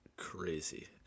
Crazy